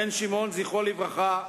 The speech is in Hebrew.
בן שמעון, זכרו לברכה,